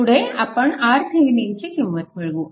पुढे आपण RThevenin ची किंमत मिळवू